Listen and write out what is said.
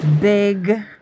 Big